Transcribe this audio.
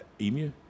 emu